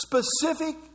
specific